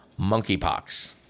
monkeypox